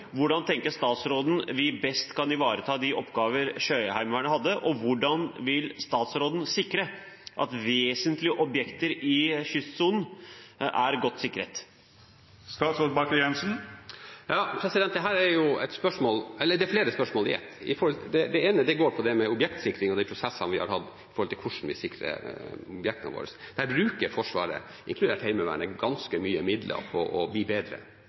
Hvordan tenker statsråden vi best kan ivareta de oppgaver Sjøheimevernet hadde, og hvordan vil statsråden sikre at vesentlige objekter i kystsonen er godt sikret? Dette er flere spørsmål i ett. Det ene handler om objektsikring og de prosessene vi har hatt når det gjelder hvordan vi sikrer objektene våre. Der bruker Forsvaret, inkludert Heimevernet, ganske mye midler på å bli bedre